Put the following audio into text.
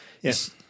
Yes